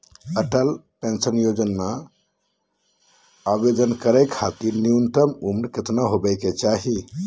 Atal pension योजना महिना आवेदन करै खातिर न्युनतम उम्र केतना होवे चाही?